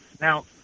Now